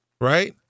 Right